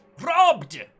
Robbed